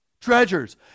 treasures